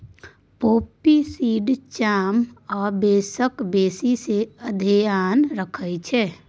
poppy seed चाम आ केसक बेसी धेआन रखै छै